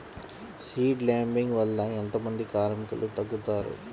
Seed లేంబింగ్ వల్ల ఎంత మంది కార్మికులు తగ్గుతారు?